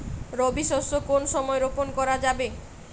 রবি শস্য কোন সময় রোপন করা যাবে?